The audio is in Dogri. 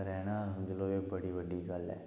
रैह्ना एह् बड़ी बड्डी गल्ल ऐ